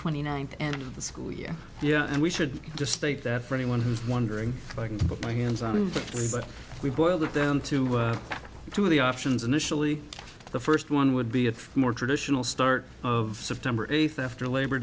twenty ninth and the school year yeah and we should just state that for anyone who's wondering if i can put my hands on but we boil that down to two of the options initially the first one would be a more traditional start of september eighth after labor